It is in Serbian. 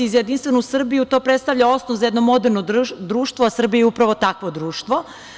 Za Jedinstvenu Srbiju to predstavlja osnov za jedno moderno društvo, a Srbija je upravo takvo društvo.